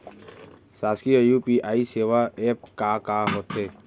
शासकीय यू.पी.आई सेवा एप का का होथे?